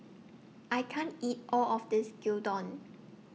I can't eat All of This Gyudon